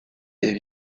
est